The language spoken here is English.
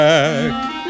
back